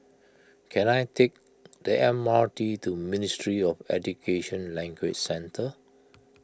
can I take the M R T to Ministry of Education Language Centre